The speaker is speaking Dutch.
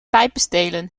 pijpenstelen